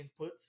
inputs